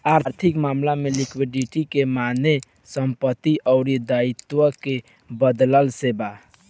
आर्थिक मामला में लिक्विडिटी के माने संपत्ति अउर दाईत्व के बदलाव से बा